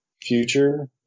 future